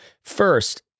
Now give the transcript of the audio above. first